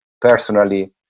personally